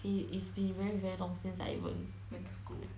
see it's been very long since I even went to school